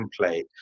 template